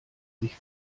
sich